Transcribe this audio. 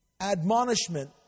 admonishment